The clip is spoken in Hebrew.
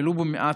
ולו במעט,